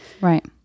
Right